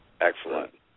Excellent